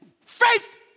faith